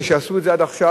אלה שעשו את זה עד עכשיו,